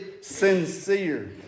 sincere